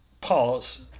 parts